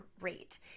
rate